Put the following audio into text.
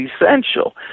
essential